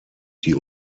die